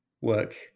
work